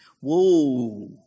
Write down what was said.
Whoa